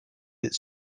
its